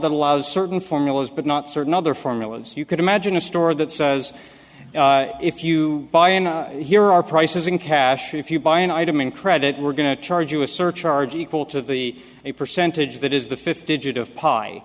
that allows certain formulas but not certain other formulas you could imagine a store that says if you buy in here are prices in cash or if you buy an item in credit we're going to charge you a surcharge equal to the a percentage that is the fifth digit